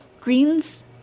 greens